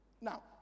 Now